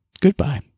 Goodbye